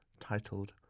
titled